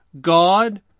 God